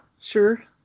sure